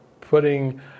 putting